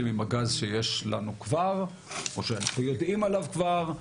עם הגז שיש לנו כבר או שאנחנו יודעים עליו כבר,